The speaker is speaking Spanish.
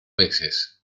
veces